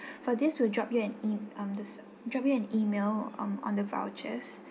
for this we'll drop you an em~ um this drop you an E-mail on on the vouchers